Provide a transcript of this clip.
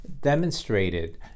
demonstrated